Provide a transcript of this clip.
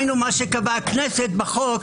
היינו מה שקבעה הכנסת בחוק,